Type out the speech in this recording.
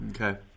Okay